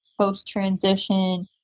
post-transition